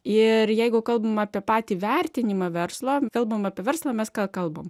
ir jeigu kalbam apie patį vertinimą verslo kalbam apie verslą mes ką kalbam